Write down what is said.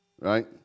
Right